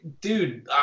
dude